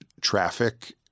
traffic